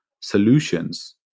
solutions